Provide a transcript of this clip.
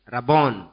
Rabon